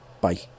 Bye